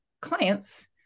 clients